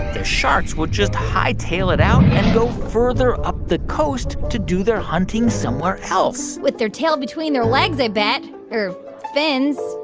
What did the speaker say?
sharks would just high-tail it out and go further up the coast to do their hunting somewhere else with their tail between their legs, i bet or fins.